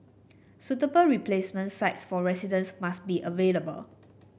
suitable replacement sites for residents must be available